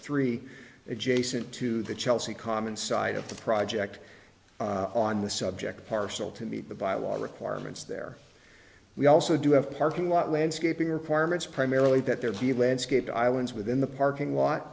three adjacent to the chelsea common side of the project on the subject parcel to meet the byelaws requirements there we also do have a parking lot landscaping requirements primarily that there be landscape islands within the parking lot